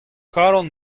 kalon